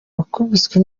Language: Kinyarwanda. bakubiswe